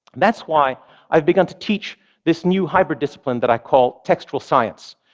that's why i have begun to teach this new hybrid discipline that i call textual science.